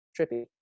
trippy